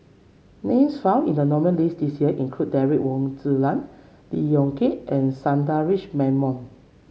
names found in the nominees' list this year include Derek Wong Zi Liang Lee Yong Kiat and Sundaresh Menon